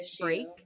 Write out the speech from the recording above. break